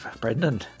brendan